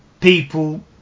people